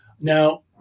Now